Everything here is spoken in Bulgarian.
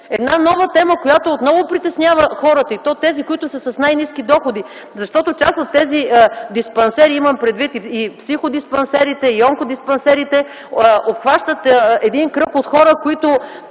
Една нова тема, която отново притеснява хората, и то тези, които са с най-ниски доходи. Част от тези диспансери, имам предвид и психодиспансерите, и онкодиспансерите, обхващат кръг от хора, които